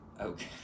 Okay